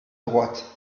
droite